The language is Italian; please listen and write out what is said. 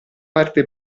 parte